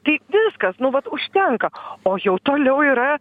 tai viskas nu vat užtenka o jau toliau yra